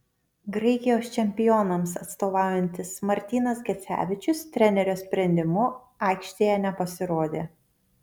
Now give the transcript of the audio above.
graikijos čempionams atstovaujantis martynas gecevičius trenerio sprendimu aikštėje nepasirodė